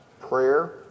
prayer